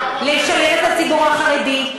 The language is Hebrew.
לשלב את הציבור החרדי,